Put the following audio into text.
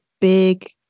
big